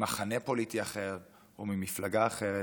ממחנה פוליטי אחר, ממפלגה אחרת.